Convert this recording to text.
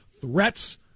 threats